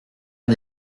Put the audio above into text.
pas